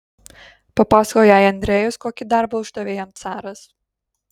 papasakojo jai andrejus kokį darbą uždavė jam caras